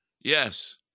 yes